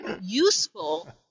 useful